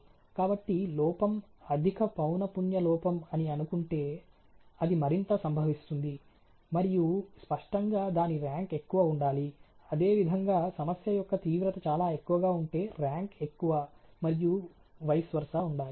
కాబట్టి లోపం అధిక పౌన పున్య లోపం అని అనుకుంటే అది మరింత సంభవిస్తుంది మరియు స్పష్టంగా దాని ర్యాంక్ ఎక్కువ ఉండాలి అదేవిధంగా సమస్య యొక్క తీవ్రత చాలా ఎక్కువగా ఉంటే ర్యాంక్ ఎక్కువ మరియు వైస్ వెర్సా ఉండాలి